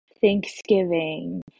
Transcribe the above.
Thanksgiving